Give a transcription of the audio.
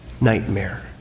nightmare